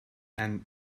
and